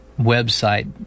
website